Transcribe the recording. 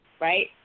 right